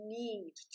need